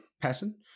pattern